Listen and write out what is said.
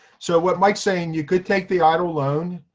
so what mike's saying, you could take the eitl loan,